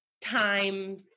time